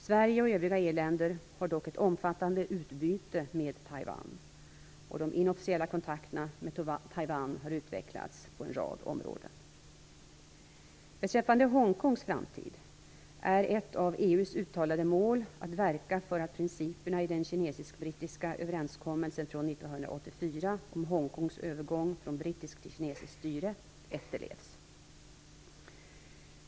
Sverige och övriga EU-länder har dock ett omfattande utbyte med Taiwan, och de inofficiella kontakterna med Taiwan har utvecklats på en rad områden. Beträffande Hongkongs framtid är ett av EU:s uttalade mål att verka för att principerna i den kinesiskbrittiska överenskommelsen från 1984 om Hongkongs övergång från brittiskt till kinesiskt styre efterlevs.